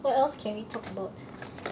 what else can we talk about